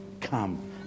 come